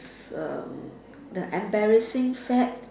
um the embarrassing set